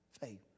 faith